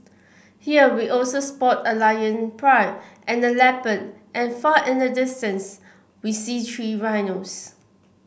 here we also spot a lion pride and a leopard and far in the distance we see three rhinos